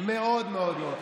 מאוד מאוד חשובה.